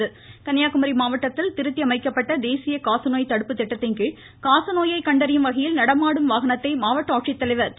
ம் ம் ம் ம் ம் ம இருவரி கன்னியாகுமரி மாவட்டத்தில் திருத்தி அமைக்கப்பட்ட தேசிய காசநோய் தடுப்பு திட்டத்தின்கீழ் காசநோயை கண்டறியும் வகையில் நடமாடும் வாகனத்தை மாவட்ட ஆட்சித்தலைவர் திரு